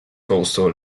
coastal